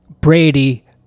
brady